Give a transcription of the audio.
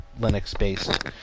Linux-based